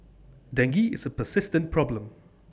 dengue is A persistent problem